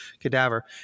cadaver